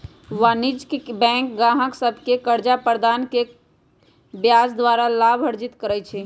वाणिज्यिक बैंक गाहक सभके कर्जा प्रदान कऽ के ब्याज द्वारा लाभ अर्जित करइ छइ